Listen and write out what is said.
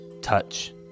Touch